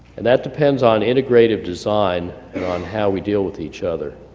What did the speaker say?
and that depends on integrative design, and on how we deal with each other,